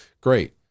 Great